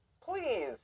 please